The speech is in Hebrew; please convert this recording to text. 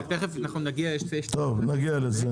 תכף נגיע לזה.